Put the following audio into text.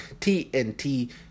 TNT